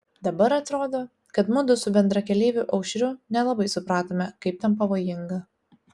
dabar atrodo kad mudu su bendrakeleiviu aušriu nelabai supratome kaip ten pavojinga